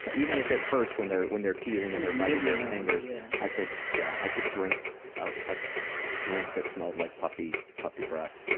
even if it hurts when they're when they're teething and they're biting your fingers. yeah, i could yeah i could drink a ah drink that smelled like puppy puppy breath.